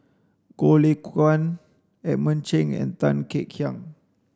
Goh Lay Kuan Edmund Cheng and Tan Kek Hiang